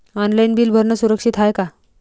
Online bill भरनं सुरक्षित हाय का?